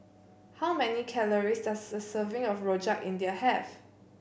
how many calories does a serving of Rojak India have